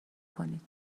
کنید